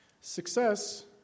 Success